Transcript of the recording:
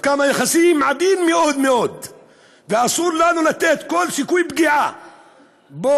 מרקם היחסים עדין מאוד מאוד ואסור לנו לתת כל סיכוי פגיעה בו,